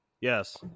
Yes